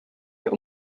wir